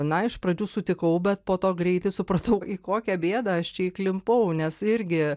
na iš pradžių sutikau bet po to greitai supratau į kokią bėdą aš čia įklimpau nes irgi